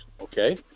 Okay